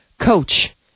coach